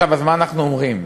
אז מה אנחנו אומרים?